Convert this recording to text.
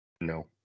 No